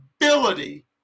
ability